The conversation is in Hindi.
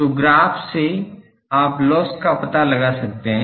तो ग्राफ से आप लोस्स का पता लगा सकते हैं